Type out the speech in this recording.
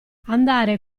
andare